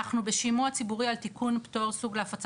אנחנו בשימוע ציבורי על תיקון פטור סוג להפצה